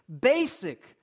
basic